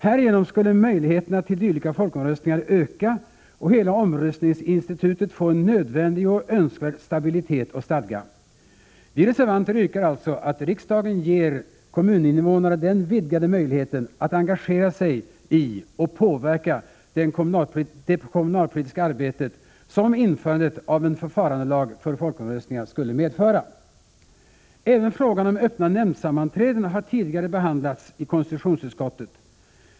Härigenom skulle möjligheterna till dylika folkomröstningar öka och hela omröstningsinstitutet få en nödvändig och önskvärd stabilitet och stadga. Vi reservanter yrkar alltså att riksdagen ger kommuninvånarna den vidgade möjlighet att engagera sig i och påverka det kommunalpolitiska arbete som införandet av en förfarandelag för folkomröstningar skulle medföra. Även frågan om öppna nämndsammanträden har tidigare behandlats i konstitutionsutskottet.